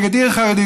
נגד עיר חרדית,